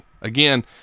Again